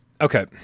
okay